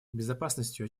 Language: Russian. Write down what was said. безопасностью